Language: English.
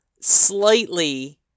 slightly